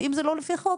אם זה לא לפי החוק,